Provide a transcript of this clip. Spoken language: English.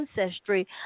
ancestry